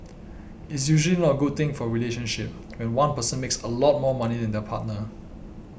it's usually not a good thing for a relationship when one person makes a lot more money than their partner